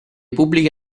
pubbliche